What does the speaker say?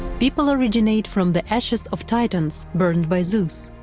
people originate from the ashes of titans burned by zeus.